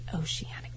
oceanic